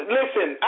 listen